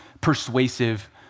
persuasive